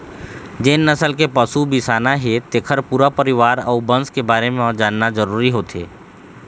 जेन नसल के पशु बिसाना हे तेखर पूरा परिवार अउ बंस के बारे म जानना जरूरी होथे